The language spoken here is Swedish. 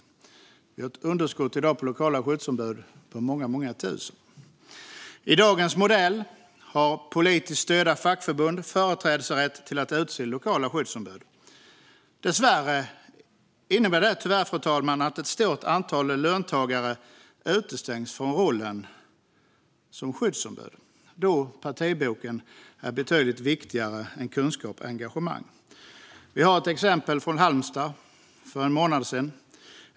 Vi har i dag ett underskott på lokala skyddsombud med många, många tusen. I dagens modell har politiskt styrda fackförbund företrädesrätt till att utse lokala skyddsombud. Dessvärre innebär det, fru talman, att ett stort antal löntagare utestängs från rollen som skyddsombud, då partiboken är betydligt viktigare än kunskap och engagemang. Vi har ett exempel från Halmstad för en månad sedan.